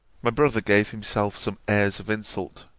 my brother gave himself some airs of insult,